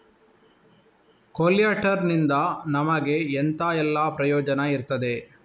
ಕೊಲ್ಯಟರ್ ನಿಂದ ನಮಗೆ ಎಂತ ಎಲ್ಲಾ ಪ್ರಯೋಜನ ಇರ್ತದೆ?